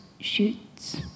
shoots